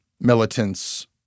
militants